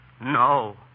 No